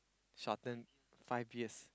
shorten five years